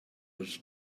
was